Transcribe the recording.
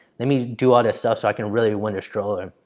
let me do all this stuff so i can really win the stroller.